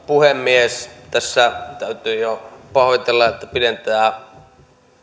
puhemies tässä täytyy jo pahoitella että pidentää